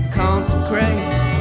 consecrate